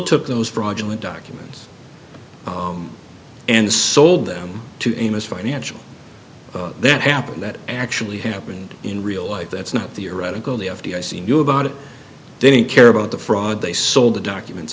took those fraudulent documents and sold them to amos financial that happened that actually happened in real life that's not the erotically f d i c knew about it didn't care about the fraud they sold the documents